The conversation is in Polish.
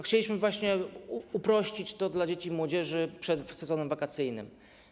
Chcieliśmy właśnie to zrobić dla dzieci i młodzieży przed sezonem wakacyjnym.